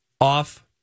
off